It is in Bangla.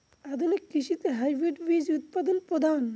আধুনিক কৃষিতে হাইব্রিড বীজ উৎপাদন প্রধান